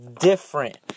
different